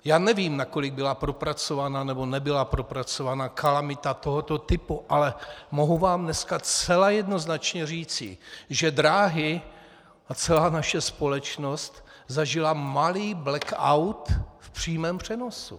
Já nevím, nakolik byla propracovaná, nebo nebyla propracovaná kalamita tohoto typu, ale mohu vám dneska zcela jednoznačně říci, že dráhy a celá naše společnost zažily malý blackout v přímém přenosu.